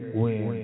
win